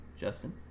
justin